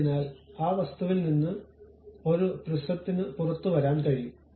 അതിനാൽ ആ വസ്തുവിൽ നിന്ന് ഒരു പ്രിസത്തിനു പുറത്തുവരാൻ കഴിയും